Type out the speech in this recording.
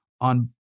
on